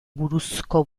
buruzko